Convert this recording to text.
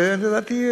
זה לדעתי,